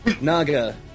Naga